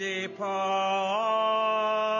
depart